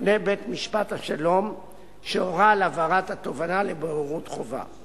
בפני בית-משפט השלום שהורה על העברת התובענה לבוררות חובה.